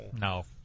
No